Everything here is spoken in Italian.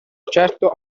certo